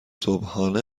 صبحانه